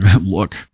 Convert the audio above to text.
look